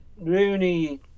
Rooney